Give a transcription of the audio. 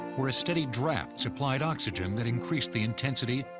where a steady draft supplied oxygen that increased the intensity,